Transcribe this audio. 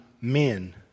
men